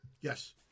Yes